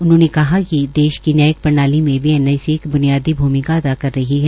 उन्होंने कहा कि देश की न्यायिक प्रणाली में भी एनआईसी एक ब्नियादी भूमिका अदा कर रही है